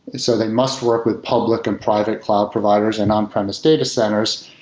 so they must work with public and private cloud providers and on-premise data centers.